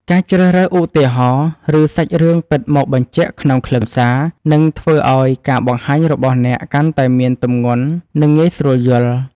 ការជ្រើសរើសឧទាហរណ៍ ឬសាច់រឿងពិតមកបញ្ជាក់ក្នុងខ្លឹមសារ នឹងធ្វើឱ្យការបង្ហាញរបស់អ្នកកាន់តែមានទម្ងន់ និងងាយស្រួលយល់។